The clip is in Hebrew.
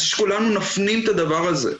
אני רוצה שכולנו נפנים את הדבר הזה,